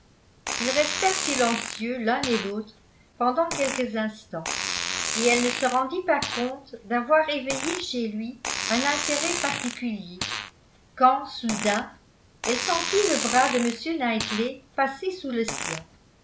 ils restèrent silencieux l'un et l'autre pendant quelques instants et elle ne se rendit pas compte d'avoir éveillé chez lui un intérêt particulier quand soudain elle sentit le bras de m knightley passé sous le sien